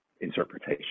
interpretation